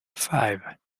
five